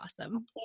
awesome